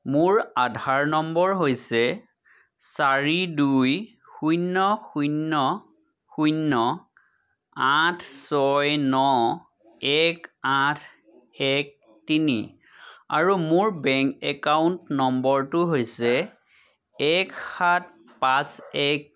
মোৰ আধাৰ নম্বৰ হৈছে চাৰি দুই শূন্য শূন্য শূন্য আঠ ছয় ন এক আঠ এক তিনি আৰু মোৰ বেংক একাউণ্ট নম্বৰটো হৈছে এক সাত পাঁচ এক